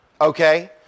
okay